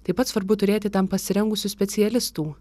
taip pat svarbu turėti tam pasirengusių specialistų